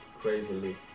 crazily